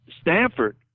Stanford